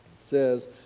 says